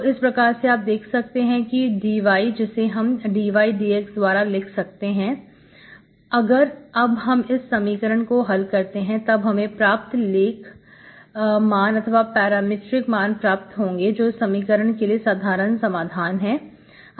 तो इस प्रकार से आप देख सकते हैं कि dy जिसे हम dydx द्वारा लिख सकते हैं अगर अब हम इस समीकरण को हल करते हैं तब हमें प्राप्त लेख मान अथवा पैरामेट्रिक मान प्राप्त होंगे जो कि इस समीकरण के लिए साधारण समाधान है